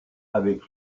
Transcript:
avec